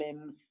limbs